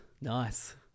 Nice